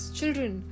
children